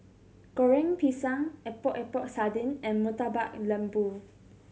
Goreng Pisang Epok Epok Sardin and Murtabak Lembu